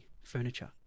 furniture